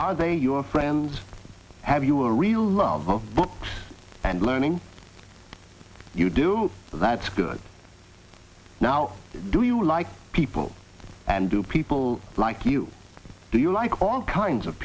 are they your friends have you a real love of books and learning you do that's good now do you like people and do people like you do you like all kinds of